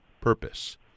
purpose